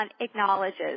acknowledges